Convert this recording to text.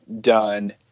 done